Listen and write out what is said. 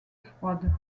froide